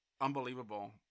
Unbelievable